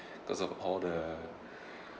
because of all the